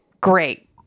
great